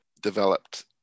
developed